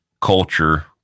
culture